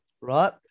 right